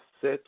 set